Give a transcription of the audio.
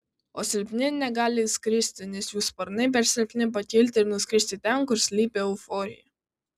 o silpni negali skristi nes jų sparnai per silpni pakilti ir nuskristi ten kur slypi euforija